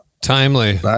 timely